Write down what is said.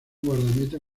guardameta